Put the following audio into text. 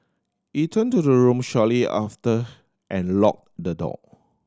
he turned to the room shortly after and locked the door